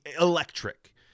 electric